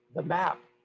the map.